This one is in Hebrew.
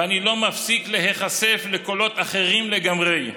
ואני לא מפסיק להיחשף לקולות אחרים לגמרי.